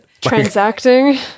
Transacting